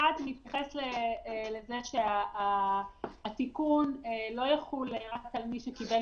אחד מתייחס לזה שהתיקון לא יחול רק על מי שקיבל